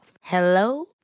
Hello